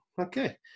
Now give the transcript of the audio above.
okay